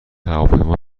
هواپیما